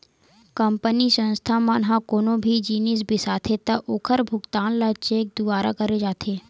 company, संस्था मन ह कोनो भी जिनिस बिसाथे त ओखर भुगतान ल चेक दुवारा करे जाथे